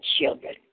children